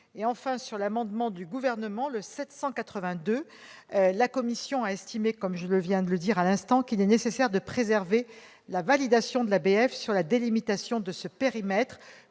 Enfin, sur l'amendement n° 782 du Gouvernement, la commission a estimé, comme je viens de le dire à l'instant, qu'il est nécessaire de préserver la validation de l'ABF sur la délimitation de ce périmètre,